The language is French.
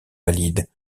valide